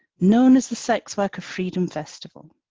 known as the sex worker freedom festival.